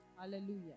Hallelujah